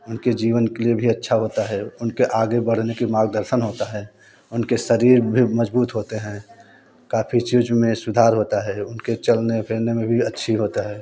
उनके जीवन के लिए भी अच्छा होता है उनके आगे बढ़ने की मार्गदर्शन होता है उनके शरीर भी मजबूत होते हैं काफ़ी चीज में सुधार होता है उनके चलने फिरने में भी अच्छी होता है